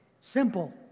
Simple